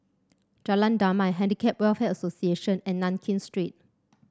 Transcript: Jalan Damai Handicap Welfare Association and Nankin Street